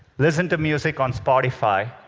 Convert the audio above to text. listen to music on spotify,